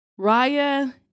Raya